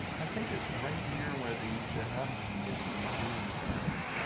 i think it's right near and where they used to have the guillotine, too, in paris,